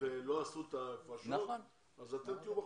ולא עשו את הפרישות אז אתם תהיו בחוץ.